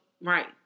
Right